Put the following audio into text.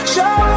Show